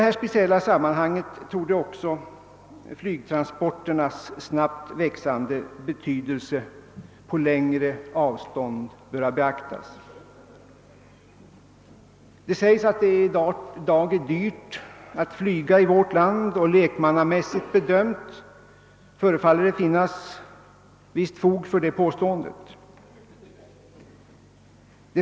Även flygets snabbt växande betydelse för längre transporter bör beaktas. Det sägs att det i dag är dyrt att flyga i vårt land, och lekmannamässigt bedömt förefaller det finnas visst fog för detta påstående.